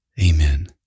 Amen